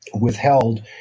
withheld